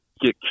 get